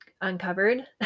uncovered